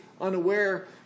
unaware